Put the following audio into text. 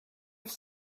have